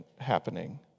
happening